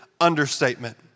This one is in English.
understatement